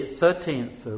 thirteenth